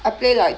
I play like